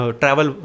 travel